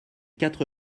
quatre